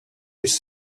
his